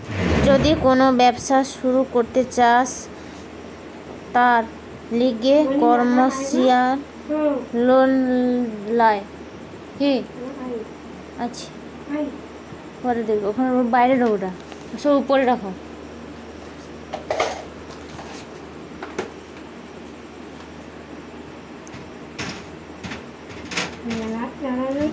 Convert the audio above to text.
যদি কোন ব্যবসা শুরু করতে চায়, তার লিগে কমার্সিয়াল লোন ল্যায়